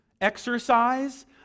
exercise